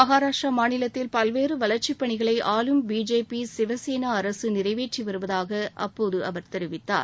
மகாராஷ்ட்ர மாநிலத்தில் பல்வேறு வளர்ச்சிப் பணிகளை ஆளும் பிஜேபி சிவசேனா அரசு நிறைவேற்றி வருவதாக அப்போது அவர் தெரிவித்தார்